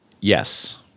Yes